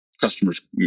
customers